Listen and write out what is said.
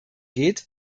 geht